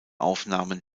aufnahmen